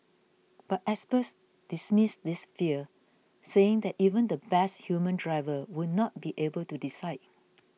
but experts dismiss this fear saying that even the best human driver would not be able to decide